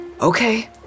Okay